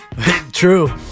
True